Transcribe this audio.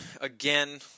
again